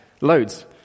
Loads